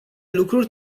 lucruri